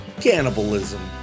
cannibalism